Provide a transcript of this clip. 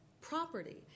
property